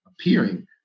appearing